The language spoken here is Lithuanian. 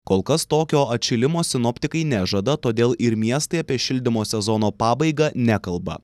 kol kas tokio atšilimo sinoptikai nežada todėl ir miestai apie šildymo sezono pabaigą nekalba